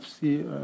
see